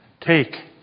Take